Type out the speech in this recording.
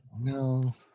no